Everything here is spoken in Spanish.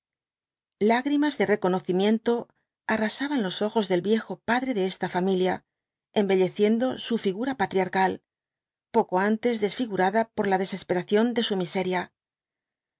lágrimas de reconocimiento arrasd an los ojos del viejo padre de esta familia embelleciendo su figura patriarcal poco antes desfigurada por la desesperación de su miseria